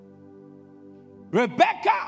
Rebecca